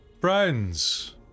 Friends